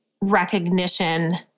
recognition